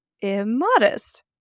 immodest